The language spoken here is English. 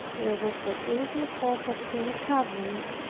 there was but little hope of her recovery,